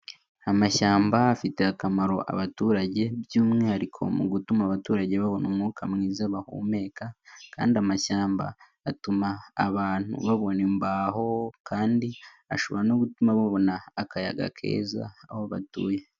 Amashyamba afitiye akamaro abaturage by'umwihariko mu gutuma abaturage babona umwuka mwiza bahumeka, kandi amashyamba atuma abantu babona imbaho kandi ashobora no gutuma babona akayaga keza aho batuye.